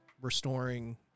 restoring